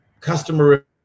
customer